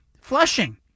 flushing